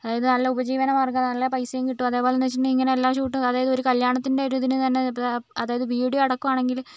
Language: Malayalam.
അതായത് നല്ല ഉപജീവനമാർഗ്ഗമാണ് നല്ല പൈസയും കിട്ടും അതേപോലെ എന്ന് വെച്ചിട്ടുണ്ടെങ്കിൽ ഇങ്ങനെയെല്ലാ ഷൂട്ടും അതായത് ഒരു കല്യാണത്തിൻറ്റെ ഒരു ഇതിന് തന്നേ അതായത് വീഡിയോ അടക്കമാണെങ്കിൽ